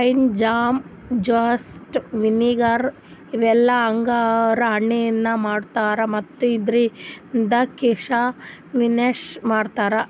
wine, jam, juice, vinegar ಇವೆಲ್ಲ ಅಂಗುರ್ ಹಣ್ಣಿಂದ್ ಮಾಡ್ತಾರಾ ಮತ್ತ್ ಇದ್ರಿಂದ್ ಕೀಶಮಿಶನು ಮಾಡ್ತಾರಾ